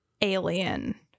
Alien